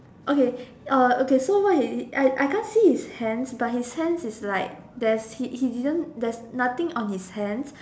okay uh okay so what he's I I can't see his hands but his hands is like there's he he didn't there's nothing on his hands